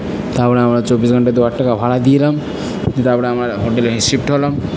তারপর আমরা চব্বিশ ঘন্টার দু হাজার টাকা ভাড়া দিলাম তারপর আমরা হোটেলে শিফট হলাম